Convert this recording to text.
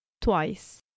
twice